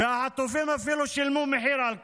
והחטופים אפילו שילמו מחיר על כך.